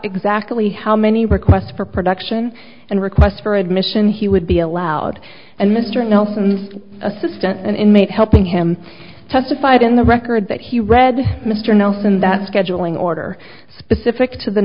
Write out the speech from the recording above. exactly how many requests for production and requests for admission he would be allowed and mr nelson assistant an inmate helping him testified in the record that he read mr nelson that scheduling order specific to the